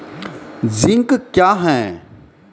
Zinc क्या हैं?